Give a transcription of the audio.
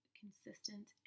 consistent